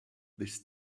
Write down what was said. this